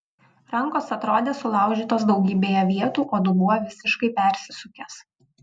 rankos atrodė sulaužytos daugybėje vietų o dubuo visiškai persisukęs